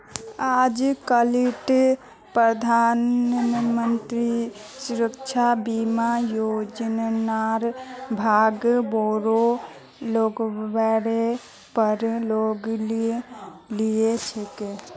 आजकालित प्रधानमंत्री सुरक्षा बीमा योजनार लाभ बोरो लेवलेर पर लोग ली छेक